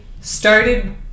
started